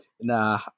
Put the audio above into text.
Nah